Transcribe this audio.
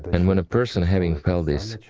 and when a person, having felt this,